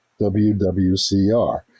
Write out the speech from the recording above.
wwcr